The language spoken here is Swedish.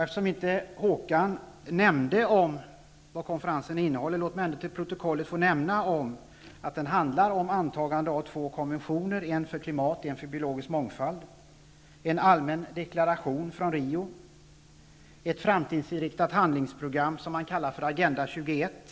Eftersom Håkan Holmberg inte talade om konferensens innehåll vill jag ändå för protokollet nämna att den handlar om antagande av två konventioner, en för klimat och en för biologisk mångfald, en allmän deklaration, ett framtidsinriktat handlingsprogram inför 2000 talet, kallat Agenda 21.